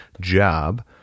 job